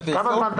כמה זמן אתה